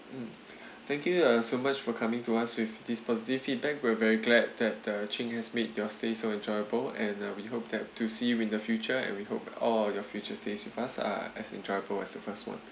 mm thank you uh so much for coming to us with this positive feedback we're very glad that the ching has made your stay so enjoyable and uh we hope that to see you in the future and we hope all of your future stays with us are as enjoyable as the first one